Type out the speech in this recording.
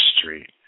street